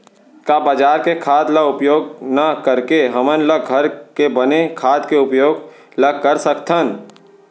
का बजार के खाद ला उपयोग न करके हमन ल घर के बने खाद के उपयोग ल कर सकथन?